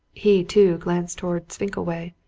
he, too, glanced towards finkleway,